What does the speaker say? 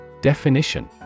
Definition